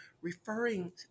referring